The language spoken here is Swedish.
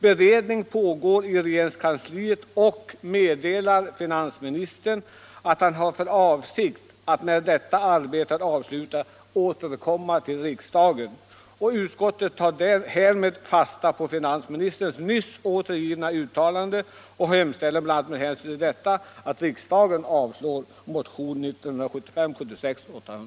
Beredning pågår f. n. inom regeringskansliet och finansministern meddelar att han har för avsikt att återkomma till riksdagen när detta arbete är avslutat. Utskottet tar fasta på detta finansministerns uttalande och hemställer med hänsyn härtill att riksdagen avslår motionen.